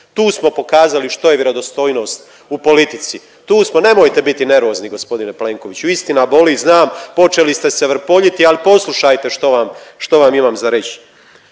Tu smo pokazali što je vjerodostojnost u politici. Tu smo, nemojte biti nervozni, g. Plenkoviću, istina boli, znam, počeli ste se vrpoljiti, ali poslušajte što vam imam za reći.